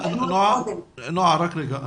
רק רגע.